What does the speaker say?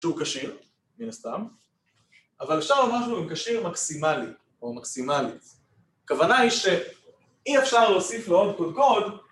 ‫שהוא כשיר, מן הסתם, ‫אבל אפשר לומר שהוא כשיר מקסימלי, ‫או מקסימלית. ‫הכוונה היא שאי אפשר להוסיף ‫לעוד קודקוד,